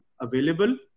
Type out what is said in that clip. available